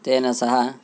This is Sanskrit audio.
तेन सह